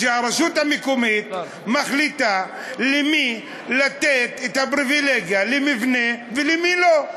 שהרשות המקומית מחליטה למי לתת את הפריבילגיה למבנה ולמי לא.